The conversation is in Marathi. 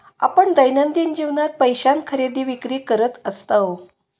आपण दैनंदिन जीवनात पैशान खरेदी विक्री करत असतव